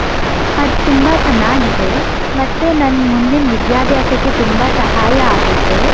ಅದು ತುಂಬ ಚೆನ್ನಾಗಿದೆ ಮತ್ತು ನನ್ನ ಮುಂದಿನ ವಿದ್ಯಾಭ್ಯಾಸಕ್ಕೆ ತುಂಬ ಸಹಾಯ ಆಗತ್ತೆ